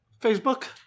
Facebook